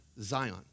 Zion